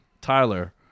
Tyler